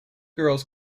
girls